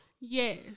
Yes